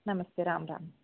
नमस्ते राम् राम्